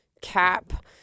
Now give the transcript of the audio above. cap